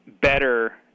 better